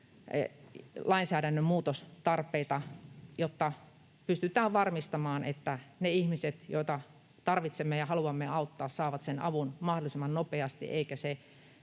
lainsäädännön muutostarpeita, jotta pystytään varmistamaan, että ne ihmiset, joita tarvitsemme ja haluamme auttaa, saavat sen avun mahdollisimman nopeasti eikä se